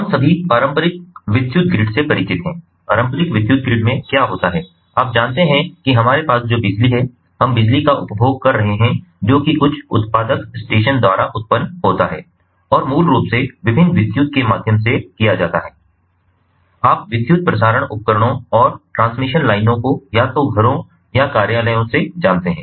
हम सभी पारंपरिक विद्युत ग्रिड से परिचित हैं पारंपरिक विद्युत ग्रिड में क्या होता है आप जानते हैं कि हमारे पास जो बिजली है हम बिजली का उपभोग कर रहे हैं जो कि कुछ उत्पादक स्टेशन द्वारा उत्पन्न होता है और मूल रूप से विभिन्न विद्युत के माध्यम से किया जाता है आप विद्युत प्रसारण उपकरणों और ट्रांसमिशन लाइनों को या तो घरों या कार्यालयों से जानते हैं